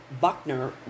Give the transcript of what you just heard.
Buckner